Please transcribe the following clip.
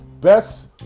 best